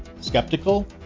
Skeptical